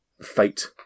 fate